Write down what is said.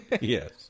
Yes